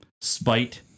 spite